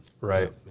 Right